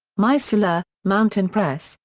missoula mountain press,